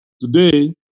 Today